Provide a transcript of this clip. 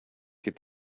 get